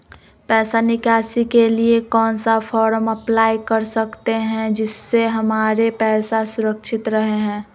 पैसा निकासी के लिए कौन सा फॉर्म अप्लाई कर सकते हैं जिससे हमारे पैसा सुरक्षित रहे हैं?